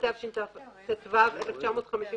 התשט"ו-1955